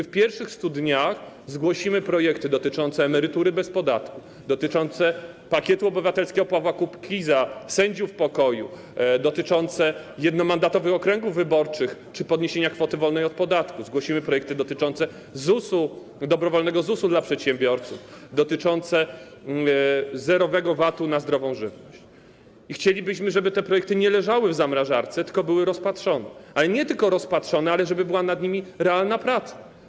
W pierwszych 100 dniach zgłosimy projekty dotyczące emerytury bez podatku, dotyczące pakietu obywatelskiego Pawła Kukiza, sędziów pokoju, dotyczące jednomandatowych okręgów wyborczych czy podniesienia kwoty wolnej od podatku, zgłosimy projekty dotyczące dobrowolnego ZUS-u dla przedsiębiorców, dotyczące zerowego VAT-u na zdrową żywność i chcielibyśmy, żeby te projekt nie leżały w zamrażarce, tylko były rozpatrzone, ale nie tylko rozpatrzone, ale też żeby była wykonywana nad nimi realna praca.